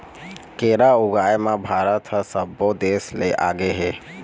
केरा ऊगाए म भारत ह सब्बो देस ले आगे हे